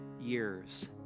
years